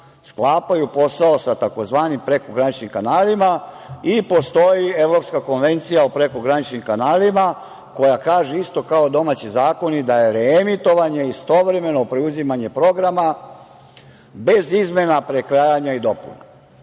sklapaju posao sa tzv. prekograničnim kanalima i postoji Evropska konvencija o prekograničnim kanalima koja kaže isto kao domaći zakoni da je reemitovanje istovremeno preuzimanje programa bez izmena prekrajanja i dopuna. Mi